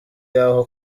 yaho